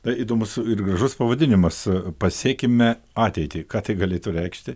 tai įdomus ir gražus pavadinimas pasiekime ateitį ką tai galėtų reikšti